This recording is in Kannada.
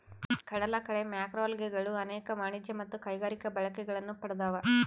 ಕಡಲಕಳೆ ಮ್ಯಾಕ್ರೋಲ್ಗೆಗಳು ಅನೇಕ ವಾಣಿಜ್ಯ ಮತ್ತು ಕೈಗಾರಿಕಾ ಬಳಕೆಗಳನ್ನು ಪಡ್ದವ